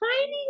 tiny